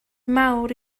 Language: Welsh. mawr